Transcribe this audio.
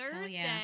Thursday